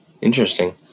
Interesting